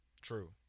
True